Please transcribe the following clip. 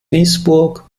duisburg